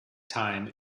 time